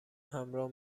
همراه